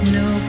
no